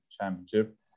Championship